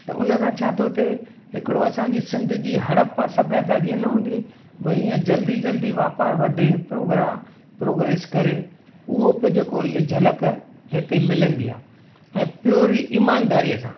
त उन सां छा थो थिए हिकिड़ो असांजी सिंधु जी हड़पा सभ्यता जीअं न हूंदी भाई ईअं जल्दी जल्दी वापारु वधे प्रोग्रा प्रोग्रेस करे उहो प जेको ईअं झलक हिते मिलंदी आहे ऐं पूरी ईमानदारीअ सां